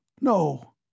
No